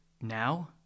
Now